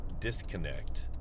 disconnect